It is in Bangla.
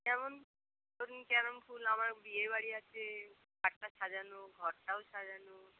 যেমন ধরুন যেরম ফুল আমার বিয়েবাড়ি আছে খাটটা সাজানো ঘরটাও সাজানো